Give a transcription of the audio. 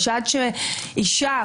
שעד שאישה,